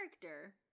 character